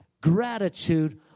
Gratitude